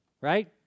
right